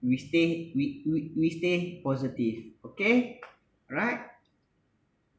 we stay we we we stay positive okay alright